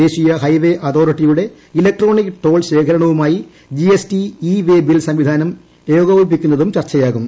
ദേശീയ ഹൈവേ അതോറിറ്റിയുടെ electronic toll ശേഖരണവുമായി G S T e way bill സംവിധാനം ഏകോപിപ്പിക്കുന്നതും ചർച്ചയാകും